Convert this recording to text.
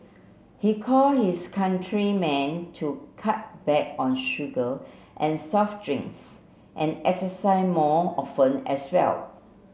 he call for his countrymen to cut back on sugar and soft drinks and exercise more often as well